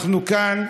אנחנו כאן,